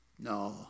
No